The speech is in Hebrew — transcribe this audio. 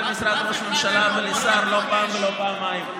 משרד ראש הממשלה ולשר לא פעם ולא פעמיים.